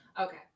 Okay